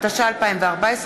התשע"ה 2014,